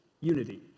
unity